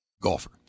Golfer